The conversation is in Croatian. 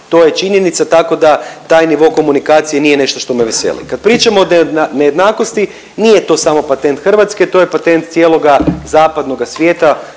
to je činjenica, tako da taj nivo komunikacije nije nešto što me veseli. Kad pričamo o nejednakosti, nije to samo patent Hrvatske, to je patent cijeloga zapadnoga svijeta